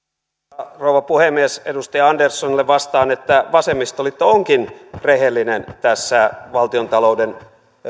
arvoisa rouva puhemies edustaja anderssonille vastaan että vasemmistoliitto onkin rehellinen tässä valtiontalouden